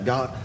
God